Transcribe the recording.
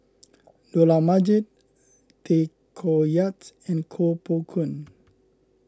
Dollah Majid Tay Koh Yat and Koh Poh Koon